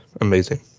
amazing